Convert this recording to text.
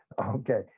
Okay